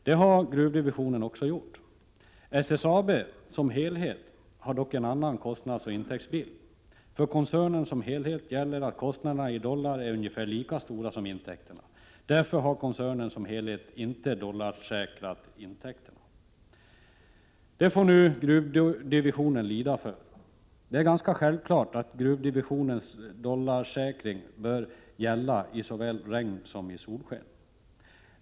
Det har gruvdivisionen också gjort. SSAB som helhet har dock en annan kostnadsoch intäktsbild. För koncernen som helhet gäller att kostnaderna i dollar är ungefär lika stora som intäkterna. Därför har koncernen som helhet inte dollarsäkrat intäkterna. Detta får nu gruvdivisionen lida för. Det är ganska självklart att gruvdivisionens dollarsäkring bör gälla i såväl regn som solsken.